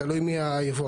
תלוי מי היבואן,